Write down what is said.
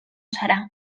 zara